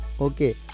Okay